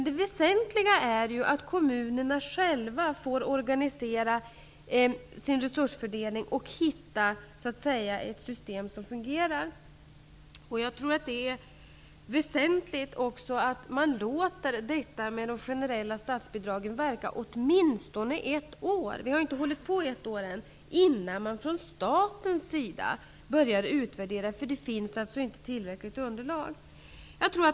Det väsentliga är att kommunerna själva får organisera sin resursfördelning och hitta ett system som fungerar. Det är också viktigt att man låter de generella statsbidragen verka åtminstone ett år -- de har inte funnits i ett år ännu -- innan staten börjar utvärdera. Det finns inte tillräckligt underlag.